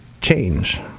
change